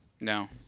No